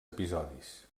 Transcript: episodis